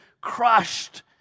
crushed